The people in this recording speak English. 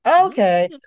okay